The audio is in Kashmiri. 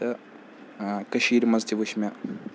تہٕ کٔشیٖر منٛز تہِ وٕچھ مےٚ